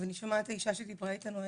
ואני שומעת את האישה שדיברה איתנו,